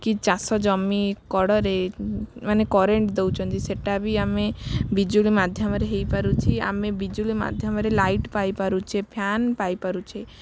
କି ଚାଷଜମି କଡ଼ରେ ମାନେ କରେଣ୍ଟ ଦେଉଛନ୍ତି ସେଟା ବି ଆମେ ବିଜୁଳି ମାଧ୍ୟମରେ ହେଇପାରୁଛି ଆମେ ବିଜୁଳି ମାଧ୍ୟମରେ ଲାଇଟ୍ ପାଇପାରୁଛେ ଫ୍ୟାନ୍ ପାଇପାରୁଛେ